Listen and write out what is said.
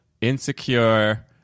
Insecure